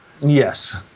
Yes